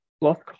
lost